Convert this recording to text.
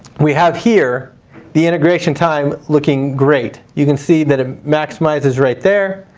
we have here the integration time looking great. you can see that it maximizes right there,